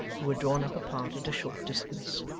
who were drawn up apart at a short distance.